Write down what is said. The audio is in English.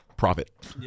Profit